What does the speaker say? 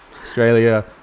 Australia